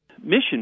Mission